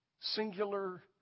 singular